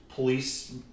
police